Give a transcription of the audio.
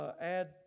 add